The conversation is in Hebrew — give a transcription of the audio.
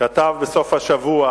כתב בסוף השבוע